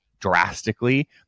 drastically